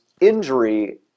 injury